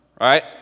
right